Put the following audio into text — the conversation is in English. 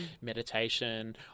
meditation